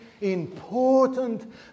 important